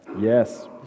Yes